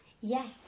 Yes